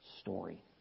story